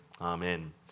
Amen